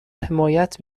حمایت